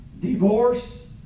divorce